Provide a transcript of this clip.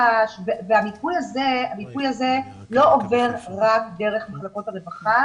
המיפוי הזה לא עובר רק דרך מחלקות רווחה